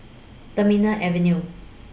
Terminal Avenue